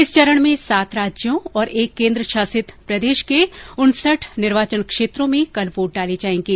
इस चरण में सात राज्यों और एक केन्द्र शासित प्रदेश के उनसठ निर्वाचन क्षेत्रों में कल वोट डाले जाएंगे